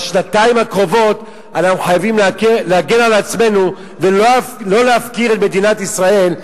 בשנתיים הקרובות אנחנו חייבים להגן על עצמנו ולא להפקיר את מדינת ישראל,